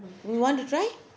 you want to try